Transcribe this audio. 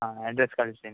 ಹಾಂ ಅಡ್ರೆಸ್ ಕಳ್ಸ್ತೀನಿ